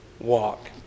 walk